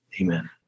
Amen